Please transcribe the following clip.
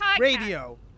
radio